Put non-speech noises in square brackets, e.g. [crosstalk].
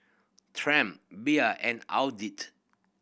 Triumph Bia and [unintelligible]